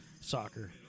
soccer